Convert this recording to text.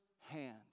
hand